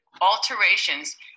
alterations